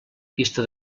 pista